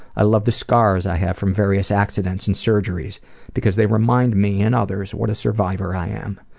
i love the scars i have from various accidents and surgeries because they remind me and others what a survivor i am.